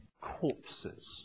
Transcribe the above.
corpses